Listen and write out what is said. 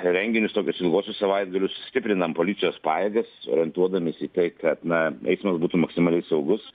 renginius tokius ilguosius savaitgalius stiprinam policijos pajėgas orientuodamiesi į tai kad na eismas būtų maksimaliai saugus